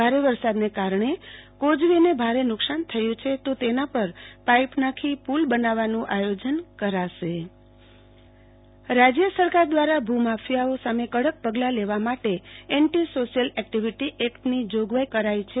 ભારે વરસાદને કારણે કોઝવેને ભારે નુકસાન થયુ છે તેના પર પાઈપ નાખી પુલ બનાવવાનું આયોજન કરાશે આરતી ભદ્દ ગાંધીધામ ચેમ્બર રાજય સરકાર દ્રારા ભુ માફિયાઓ સામે કડક પગલા લેવા માટે એન્ટી સોશીયલ એક્ટીવીટી એક્ટની જોગવાઈ કરાઈ છે